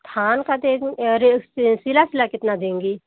थान सिला सिला कितना देंगी